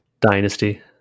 Dynasty